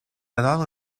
alors